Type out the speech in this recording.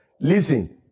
Listen